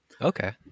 Okay